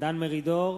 דן מרידור,